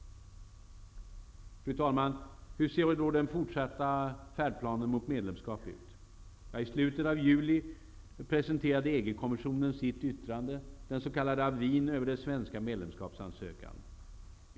Fru talman! Hur ser då den fortsatta färdplanen mot medlemskapet ut? I slutet av juli presenterade EG-kommissionen sitt yttrande, den s.k. avis:n, över den svenska medlemskapsansökan.